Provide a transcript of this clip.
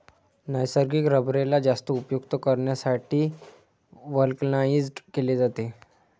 नैसर्गिक रबरेला जास्त उपयुक्त करण्यासाठी व्हल्कनाइज्ड केले जाते